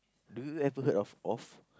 do you ever heard of off